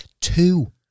Two